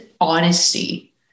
honesty